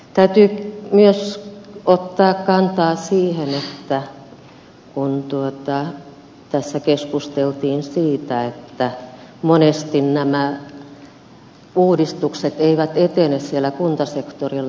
täytyy myös ottaa kantaa siihen kun tässä keskusteltiin siitä että monesti nämä uudistukset eivät etene siellä kuntasektorilla